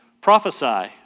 prophesy